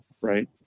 right